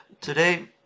today